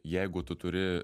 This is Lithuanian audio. jeigu tu turi